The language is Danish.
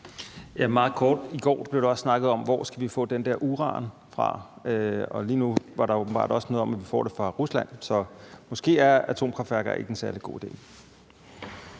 Meget kort: I går blev der også snakket om, hvor vi skal få den der uran fra, og lige nu var der åbenbart også noget om, at vi får det fra Rusland, så måske er atomkraftværker ikke en særlig god idé.